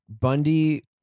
Bundy